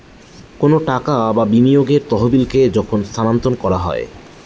কোনো টাকা বা বিনিয়োগের তহবিলকে যখন স্থানান্তর করা হয়